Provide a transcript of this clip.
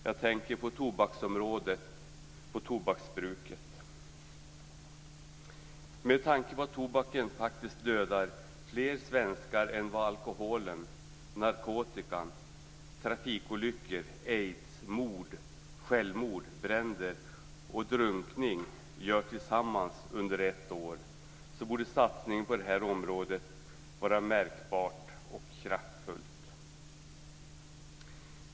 Jag tänker då på tobaksområdet, på tobaksbruket. Med tanke på att tobaken faktiskt dödar fler svenskar än vad alkohol, narkotika, trafikolyckor, aids, mord, självmord, bränder och drunkning gör tillsammans under ett år, så borde satsningen på det här området vara märkbar och kraftfull.